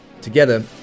Together